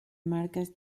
marcas